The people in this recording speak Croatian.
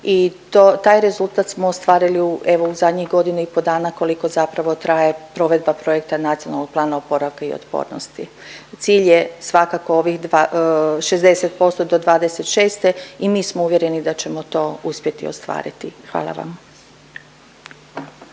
taj rezultat smo ostvarili evo u zadnjih godinu i pol dana koliko zapravo traje provedba projekta Nacionalnog plana oporavka i otpornosti. Cilj je svakako ovih 60% do '26. i mi smo uvjereni da ćemo to uspjeti ostvariti. Hvala vam.